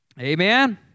Amen